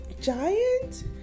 giant